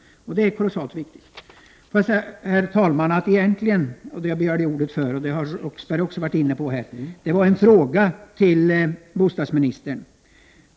Det är mycket viktigt. Herr talman! Det som jag egentligen begärde ordet för var, som man också varit inne på här tidigare, att ställa en fråga till bostadsministern.